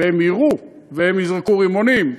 והם יירו, והם יזרקו רימונים,